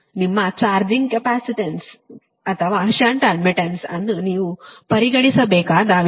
ನಿಮ್ಮ charging capacitance ಅಥವಾ shunt admittance ಅನ್ನು ನೀವು ಪರಿಗಣಿಸಬೇಕಾದ ವಿಷಯಗಳು